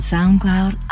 SoundCloud